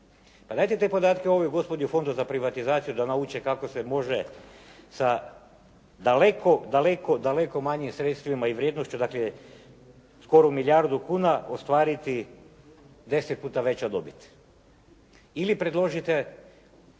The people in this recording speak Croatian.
Pa dajte te podatke gospodi u Fondu za privatizaciju da nauče kako se može sa daleko, daleko, daleko manjim sredstvima i vrijednošću, dakle skoro milijardu kuna ostvariti 10 puta veća dobit.